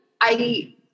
I-